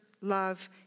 love